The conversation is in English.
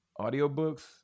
Audiobooks